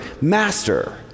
Master